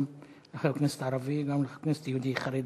לחבר כנסת ערבי גם לחבר כנסת יהודי חרדי.